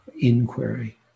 inquiry